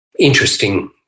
interesting